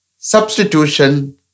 substitution